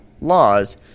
laws